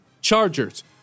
Chargers